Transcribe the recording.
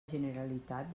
generalitat